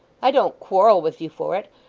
i don't quarrel with you for it.